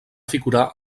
figurar